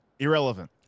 Irrelevant